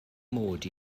mod